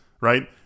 right